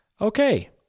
Okay